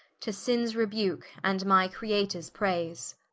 to sinnes rebuke, and my creators prayse